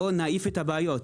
נעיף את הבעיות,